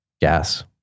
Gas